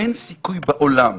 אין סיכוי בעולם